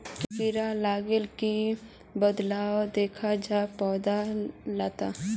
कीड़ा लगाले की बदलाव दखा जहा पौधा लात?